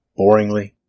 boringly